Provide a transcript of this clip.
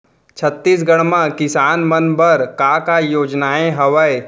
छत्तीसगढ़ म किसान मन बर का का योजनाएं हवय?